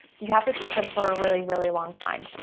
you have to take them for a really, really, long time.